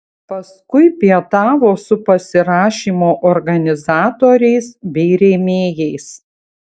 paskui pietavo su pasirašymo organizatoriais bei rėmėjais